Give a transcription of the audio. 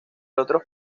otros